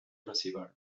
possible